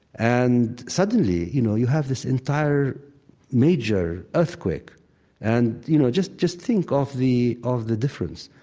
and suddenly, you know, you have this entire major earthquake and, you know, just just think of the of the difference.